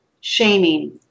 shaming